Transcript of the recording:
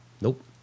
Nope